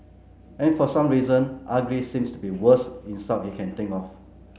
and for some reason ugly seems to be worst insult he can think of